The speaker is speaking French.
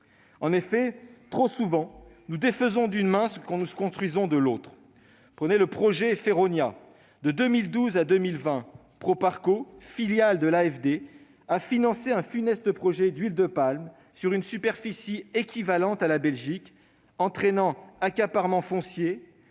En effet, trop souvent, nous défaisons d'une main ce que nous construisons de l'autre. Prenez le projet Feronia : de 2012 à 2020, Proparco, filiale de l'AFD, a financé un funeste projet de production d'huile de palme sur une superficie équivalant à celle de la Belgique, entraînant des accaparements fonciers,